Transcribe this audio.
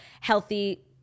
healthy